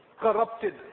corrupted